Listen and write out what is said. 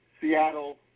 Seattle